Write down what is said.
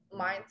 mindset